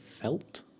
felt